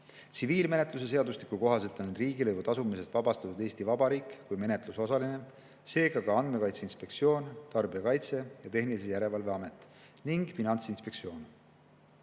Tsiviil[kohtu]menetluse seadustiku kohaselt on riigilõivu tasumisest vabastatud Eesti Vabariik kui menetlusosaline, seega ka Andmekaitse Inspektsioon, Tarbijakaitse ja Tehnilise Järelevalve Amet ning Finantsinspektsioon.